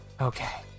Okay